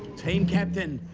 team captain,